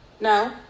No